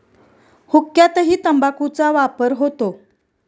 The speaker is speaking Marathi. हुक्क्यातही तंबाखूचा वापर होतो